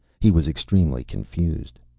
he was extremely confused.